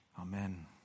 Amen